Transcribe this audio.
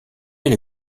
elle